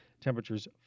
Temperatures